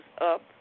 up